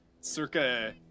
circa